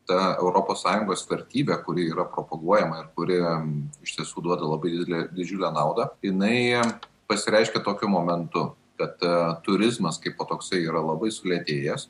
ta europos sąjungos vertybė kuri yra propaguojama ir kuri iš tiesų duoda labai didelę didžiulę naudą jinai pasireiškia tokiu momentu kad turizmas kaipo toksai yra labai sulėtėjęs